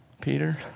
Peter